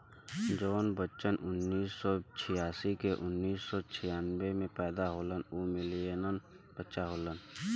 जौन बच्चन उन्नीस सौ छियासी से उन्नीस सौ छियानबे मे पैदा होलन उ मिलेनियन बच्चा होलन